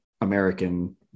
American